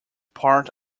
part